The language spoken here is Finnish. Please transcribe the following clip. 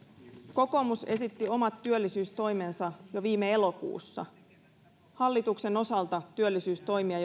kokoomus esitti omat työllisyystoimensa jo viime elokuussa hallituksen osalta työllisyystoimia